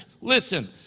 listen